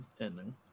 ending